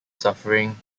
suffering